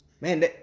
Man